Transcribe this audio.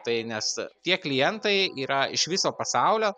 tai nes tie klientai yra iš viso pasaulio